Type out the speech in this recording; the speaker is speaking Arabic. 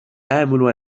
آمل